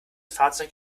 fahrzeug